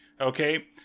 okay